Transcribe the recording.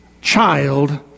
child